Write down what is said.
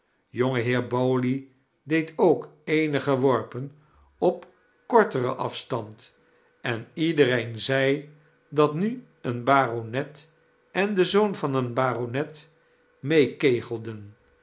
bowley deed ook eenige worpen op korterea afstand en iedereeu zei dat nu een baronet en de zoon van een baronet